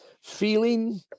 feeling